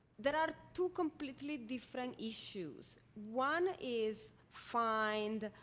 there are two completely different issues. one is find,